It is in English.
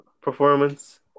performance